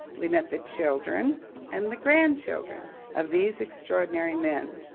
we met the children and the grandchildren of these extraordinary men.